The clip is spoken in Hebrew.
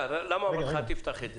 למה אמרתי לך שלא תפתח את זה?